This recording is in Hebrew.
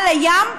על הים,